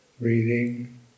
Breathing